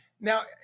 Now